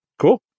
Cool